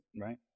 Right